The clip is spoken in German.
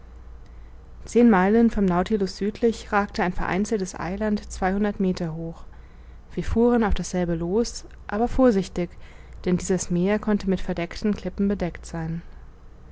zehn meilen vom nautilus südlich ragte ein vereinzeltes eiland zweihundert meter hoch wir fuhren auf dasselbe los aber vorsichtig denn dieses meer konnte mit verdeckten klippen bedeckt sein